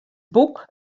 boek